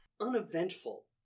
uneventful